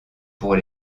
pour